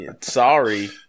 Sorry